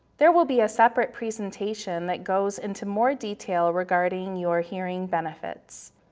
there will be a separate presentation that goes into more detail regarding your hearing benefits.